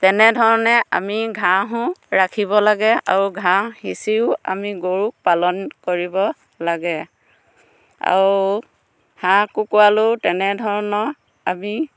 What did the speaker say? তেনেধৰণে আমি ঘাঁহো ৰাখিব লাগে আৰু ঘাঁহ সিঁচিও আমি গৰু পালন কৰিব লাগে আৰু হাঁহ কুকুৰালৈও তেনেধৰণৰ আমি